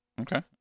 okay